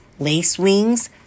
lacewings